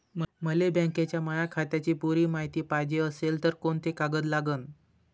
मले बँकेच्या माया खात्याची पुरी मायती पायजे अशील तर कुंते कागद अन लागन?